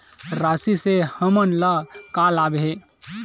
राशि से हमन ला का लाभ हे?